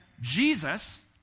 Jesus